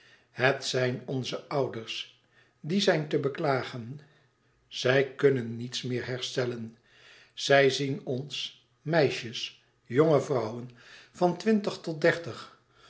het zijn onze ouders die zijn te beklagen zij kunnen niets meer herstellen zij zien ons meisjes jonge vrouwen van twintig tot dertig